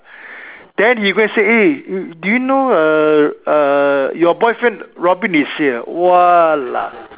then he go and say eh do you know err your boyfriend Robin is here !walao!